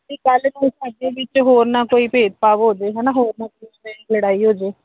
ਬਈ ਕੱਲ੍ਹ ਨੂੰ ਸਾਡੇ ਵਿੱਚ ਹੋਰ ਨਾ ਕੋਈ ਭੇਦ ਭਾਵ ਹੋ ਜੇ ਹੈ ਨਾ ਲੜਾਈ ਹੋ ਜੇ